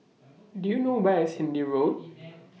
Do YOU know Where IS Hindhede Road